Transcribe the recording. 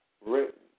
written